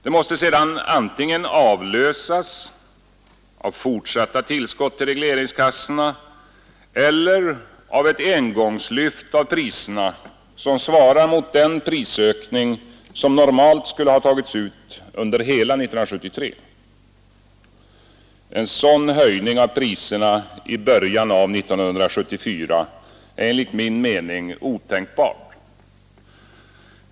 Det måste sedan antingen avlösas av fortsatta tillskott till regleringskassorna eller av ett engångslyft av priserna, som svarar mot den prisökning som normalt skulle ha tagits ut under hela 1973. En sådan höjning av priserna i början av 1974 är enligt min mening otänkbar.